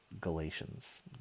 Galatians